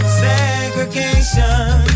segregation